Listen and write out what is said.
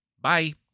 Bye